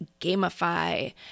gamify